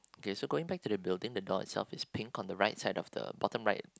okay so going back to the building the door itself is pink on the right side of the bottom right